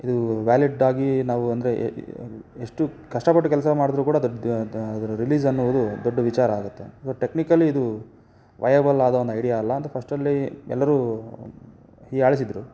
ಇದು ವ್ಯಾಲಿಡ್ಡಾಗಿ ನಾವು ಅಂದರೆ ಎಷ್ಟು ಕಷ್ಟಪಟ್ಟು ಕೆಲಸ ಮಾಡಿದ್ರೂ ಕೂಡ ಅದರ ರಿಲೀಸ್ ಅನ್ನುವುದು ದೊಡ್ಡ ವಿಚಾರ ಆಗುತ್ತೆ ಟೆಕ್ನಿಕಲಿ ಇದು ವಯಬಲ್ ಆದ ಒಂದು ಐಡಿಯಾ ಅಲ್ಲ ಅಂತ ಫಸ್ಟಲ್ಲಿ ಎಲ್ಲರೂ ಹೀಯಾಳಿಸಿದ್ರು